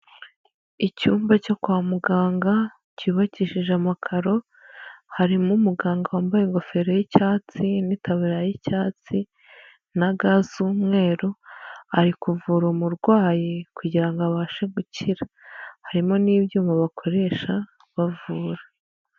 Icyumba cyo kwa muganga kibakishije amakaro harimo umuganga wambaye ingofero y'icyatsi n'itaba y'icyatsi na ga z'umweru, ari kuvura umurwayi kugira ngo abashe gukira. Harimo n'ibyuma bakoresha bavura.